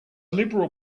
liberal